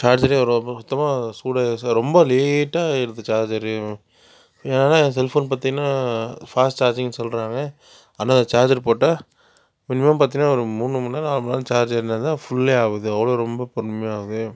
சார்ஜரே சுத்தமாக சூடாக ரொம்ப லேட்டாக ஏறுது சார்ஜர் ஏன்னா என் செல்ஃபோன் பாத்திங்கன்னா ஃபாஸ்ட் சார்ஜிங்குனு சொல்றாங்க ஆனா என் சார்ஜர் போட்டா மினிமம் பாத்திங்கன்னா ஒரு மூணு மண் நேரம் நாலு மண் நேரம் சார்ஜ் ஏறுனா தான் புல்லே ஆவுது அவ்ளோ ரொம்ப பொறுமையா ஆகுது